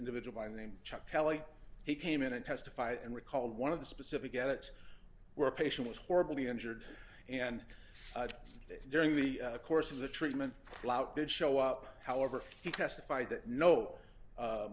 individual by the name chuck kelley he came in and testified and recalled one of the specific gets where a patient was horribly injured and during the course of the treatment clout did show up however he testified that no